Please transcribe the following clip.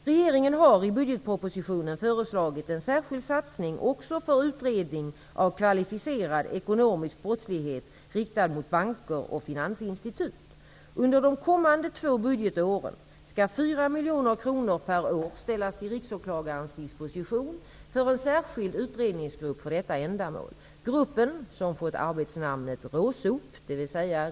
Regeringen har i budgetpropositionen föreslagit en särskild satsning också för utredning av kvalificerad ekonomisk brottslighet riktad mot banker och finansinstitut. Under de kommande två budgetåren skall 4 miljoner kronor per år ställas till riksåklagarens disposition för en särskild utredningsgrupp för detta ändamål. Gruppen -- som fått arbetsnamnet RÅSOP, dvs.